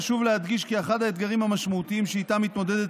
חשוב להדגיש כי אחד האתגרים המשמעותיים שאיתם מתמודדת